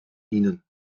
ihnen